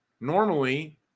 normally